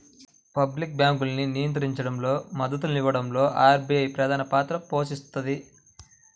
public బ్యాంకింగ్ను నియంత్రించడంలో, మద్దతునివ్వడంలో ఆర్బీఐ ప్రధానపాత్ర పోషిస్తది